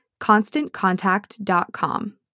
ConstantContact.com